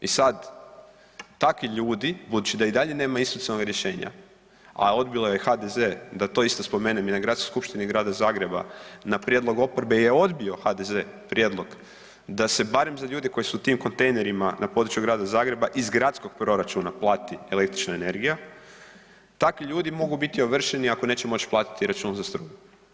I sad, takvi ljudi, budući da i dalje nema institucionalnog rješenja, a odbilo je HDZ da to isto spomenem i na Gradskoj skupštini Grada Zagreba na prijedlog oporbe je odbio HDZ prijedlog da se barem za ljude koji su u tim kontejnerima na području Grada Zagreba iz gradskog proračuna plati električna energija, takvi ljudi mogu biti ovršeni ako neće moći platiti račun za struju.